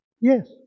Yes